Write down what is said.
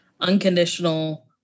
Unconditional